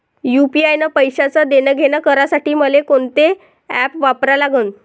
UPI न पैशाचं देणंघेणं करासाठी मले कोनते ॲप वापरा लागन?